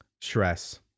stress